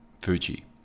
Fuji